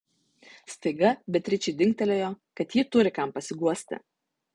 staiga beatričei dingtelėjo kad ji turi kam pasiguosti